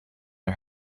are